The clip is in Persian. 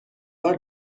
بار